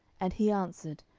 and he answered,